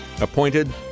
appointed